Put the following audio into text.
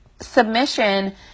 submission